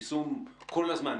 יישום כל הזמן,